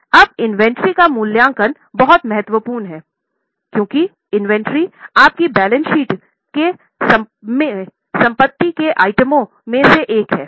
अब इन्वेंट्री का मूल्यांकन बहुत महत्वपूर्ण है क्योंकि इन्वेंट्री आपकी बैलेंस शीट में संपत्ति के आइटमों में से एक है